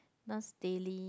Nas Daily